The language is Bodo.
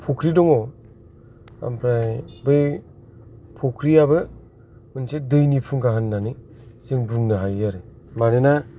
फख्रि दङ ओमफ्राय बै फख्रियाबो मोनसे दैनि फुंखा होननानै जों बुंनो हायो आरो मानोना